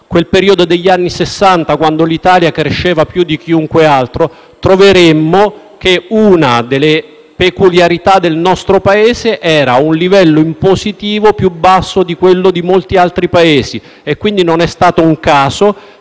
quel periodo degli anni Sessanta quando l'Italia cresceva più di chiunque altro, troveremmo che una delle peculiarità del nostro Paese era un livello impositivo più basso di quello di molti altri Stati; non era quindi un caso